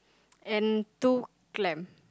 and two clam